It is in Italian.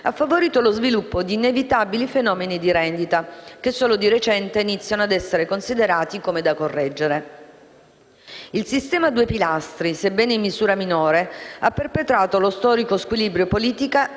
ha favorito lo sviluppo di inevitabili fenomeni di rendita, che solo di recente iniziano ad essere considerati come da correggere. Il sistema a due pilastri, sebbene in misura minore, ha perpetrato lo storico squilibrio tra politica